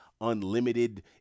unlimited